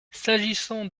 s’agissant